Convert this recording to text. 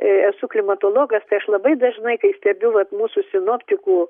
esu klimatologas tai aš labai dažnai kai stebiu vat mūsų sinoptikų